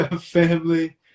family